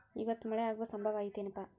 ಇವತ್ತ ಮಳೆ ಆಗು ಸಂಭವ ಐತಿ ಏನಪಾ?